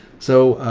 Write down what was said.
so,